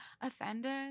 offended